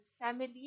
family